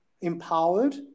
empowered